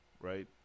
right